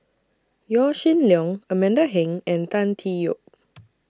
Yaw Shin Leong Amanda Heng and Tan Tee Yoke